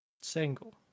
Single